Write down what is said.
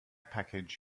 package